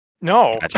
No